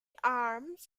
arms